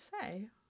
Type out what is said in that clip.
say